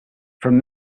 from